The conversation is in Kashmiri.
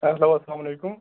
ہیٚلو اَسلام علیکُم